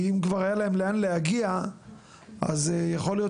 כי אם כבר היה להם לאן להגיע אז יכול להיות